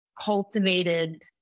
cultivated